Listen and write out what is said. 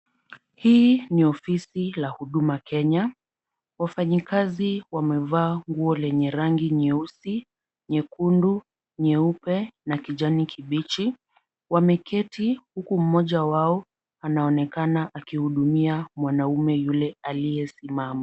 Hii ni ofisi ya huduma Kenya. Wafanyakazi wamevaa nguo yenye rangi nyeusi, nyekundu, nyeupe na kijani kibichi. Wameketi huku mmoja wao anaonekana akihudumia mwanaume yule aliyesimama.